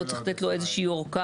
צריך לתת לו איזושהי ארכה